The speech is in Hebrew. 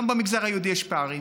גם במגזר היהודי יש פערים,